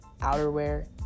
outerwear